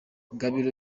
gabiro